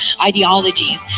ideologies